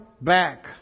back